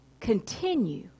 continue